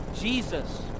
Jesus